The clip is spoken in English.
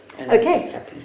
Okay